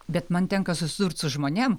bet man tenka susidurt su žmonėm